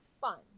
fun